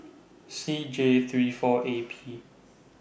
C J three four A P